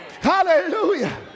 Hallelujah